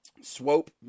Swope